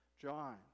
John